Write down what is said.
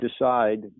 decide